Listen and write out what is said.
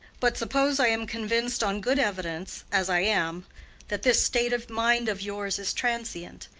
but suppose i am convinced on good evidence as i am that this state of mind of yours is transient,